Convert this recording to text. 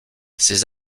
ces